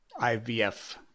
IVF